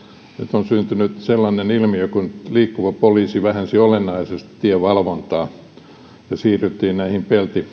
on syntynyt sellainen ilmiö kun liikkuva poliisi vähensi olennaisesti tievalvontaa ja siirryttiin peltipoliiseihin